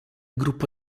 gruppo